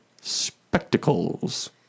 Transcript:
spectacles